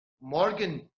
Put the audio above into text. Morgan